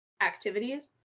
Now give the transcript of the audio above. activities